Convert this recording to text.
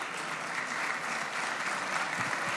אני, בצלאל יואל סמוטריץ', בן